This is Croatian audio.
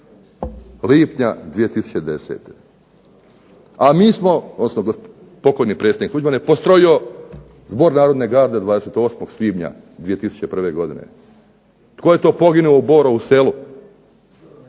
lipnja 2010., a mi smo, odnosno pokojni predsjednik Tuđman je postrojio Zbor narodne garde 28. svibnja 2001. godine. Tko je to poginuo u Borovu Selu?